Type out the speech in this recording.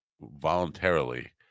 voluntarily